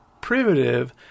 primitive